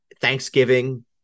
Thanksgiving